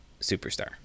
superstar